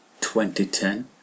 2010